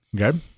Okay